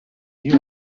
you